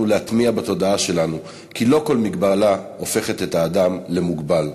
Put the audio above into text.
להטמיע בתודעה שלנו כי לא כל מגבלה הופכת את האדם למוגבל.